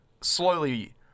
slowly